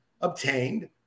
obtained